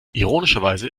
ironischerweise